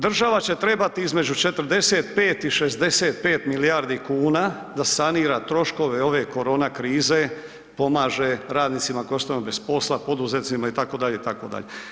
Država će trebati između 45 i 65 milijardi kuna da sanira troškove ove korona krize, pomaže radnicima koji ostanu bez posla, poduzetnicima itd., itd.